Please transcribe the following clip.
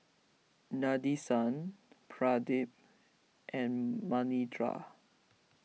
Nadesan Pradip and Manindra